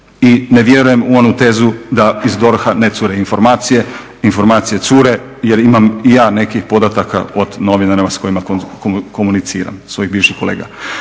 I ne vjerujem u onu tezu da iz DORH-a ne cure informacije, informacije cure jer imam i ja nekih podataka od novinara s kojima komuniciram, svojih bivših kolega.